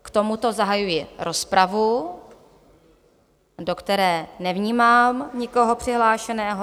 K tomuto zahajuji rozpravu, do které nevnímám nikoho přihlášeného.